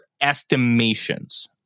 estimations